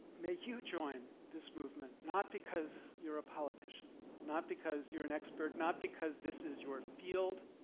may you join this movement, not because you're a politician, not because you're an expert, not because this is your field,